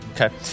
Okay